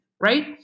right